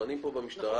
טוענים פה במשטרה